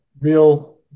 real